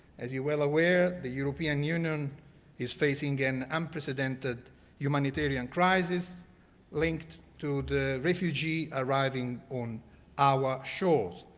as you're well aware, the european union is facing an unprecedented humanitarian crisis linked to the refugee arriving on our shores.